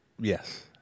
Yes